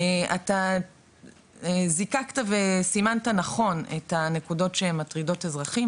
אתה זיקקת וסימנת נכון את הנקודות שמטרידות אזרחים,